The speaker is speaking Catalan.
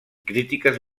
crítiques